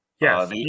Yes